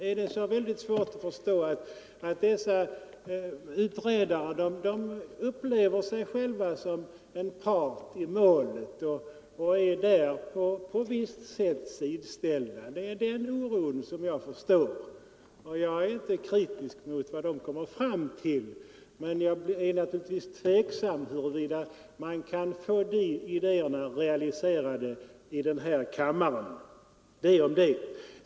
Är det så svårt att förstå att dessa utredare kan uppleva sig själva som part i målet och därför på visst sätt sidställda? Det är den oron som jag förstår. Jag är inte kritisk mot vad de kommer fram till, men jag är naturligtvis tveksam huruvida man kan få deras förslag realiserade i den här kammaren. Detta om detta.